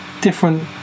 different